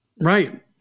Right